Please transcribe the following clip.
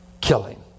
killing